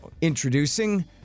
introducing